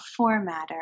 formatter